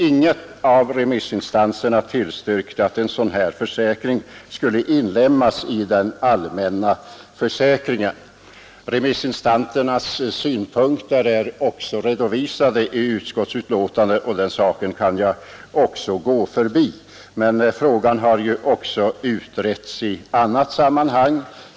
Ingen av remissinstanserna tillstyrkte att en sådan här försäkring skulle inlemmas i den allmänna försäkringen. Remissinstansernas synpunkter är också redovisade i utskottsbetänkandet, och den saken kan jag alltså gå förbi. Men frågan har också utretts i annat sammanhang.